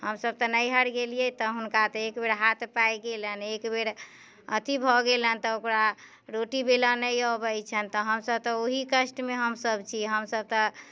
हमसभ तऽ नैहर गेलियै तऽ हुनका तऽ एक बेर हाथ पाकि गेलनि एक बेर अथी भऽ गेलनि तऽ ओकरा रोटी बेलऽ नहि अबै छनि तऽ हमसभ तऽ ओहि कष्टमे हमसभ छी हमसभ तऽ